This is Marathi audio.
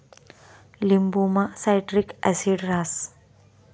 लिंबुमा सायट्रिक ॲसिड रहास